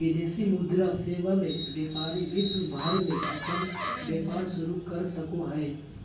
विदेशी मुद्रा सेवा मे व्यपारी विश्व भर मे अपन व्यपार शुरू कर सको हय